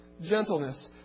gentleness